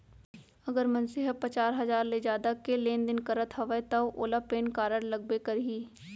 अगर मनसे ह पचार हजार ले जादा के लेन देन करत हवय तव ओला पेन कारड लगबे करही